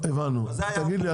תגיד לי,